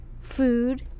food